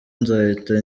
nzahita